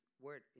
word